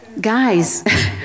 Guys